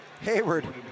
Hayward